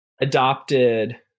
adopted